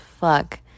fuck